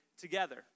together